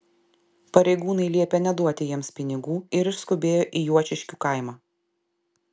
pareigūnai liepė neduoti jiems pinigų ir išskubėjo į juočiškių kaimą